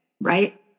right